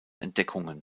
entdeckungen